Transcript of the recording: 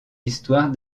histoire